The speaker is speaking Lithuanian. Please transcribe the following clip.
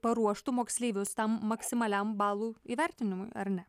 paruoštų moksleivius tam maksimaliam balų įvertinimui ar ne